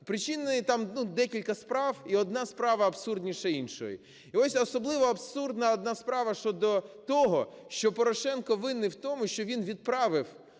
Причини, там, декілька справ і одна справа абсурдніше іншої. І ось особливо абсурдна одна справа щодо того, що Порошенко винний в тому, що він відправив